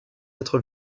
être